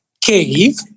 Cave